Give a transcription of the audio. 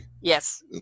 Yes